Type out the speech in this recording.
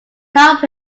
help